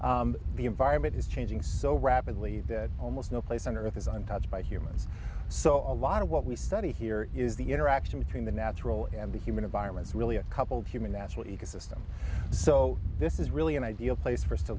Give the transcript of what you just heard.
center the environment is changing so rapidly that almost no place on earth is untouched by humans so a lot of what we study here is the interaction between the natural and the human environments really a couple human natural ecosystem so this is really an ideal place for us to